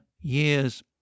years